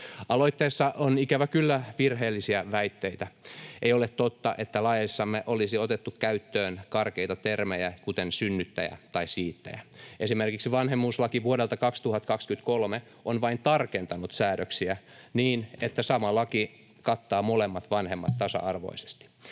Aloitteessa on ikävä kyllä virheellisiä väitteitä. Ei ole totta, että laeissamme olisi otettu käyttöön karkeita termejä, kuten ”synnyttäjä” tai ”siittäjä”. Esimerkiksi vanhemmuuslaki vuodelta 2023 on vain tarkentanut säädöksiä niin, että sama laki kattaa molemmat vanhemmat tasa-arvoisesti.